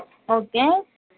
okay